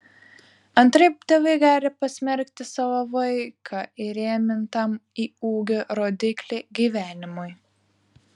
antraip tėvai gali pasmerkti savo vaiką įrėmintam į ūgio rodiklį gyvenimui